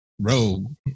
rogue